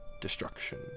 destruction